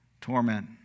Torment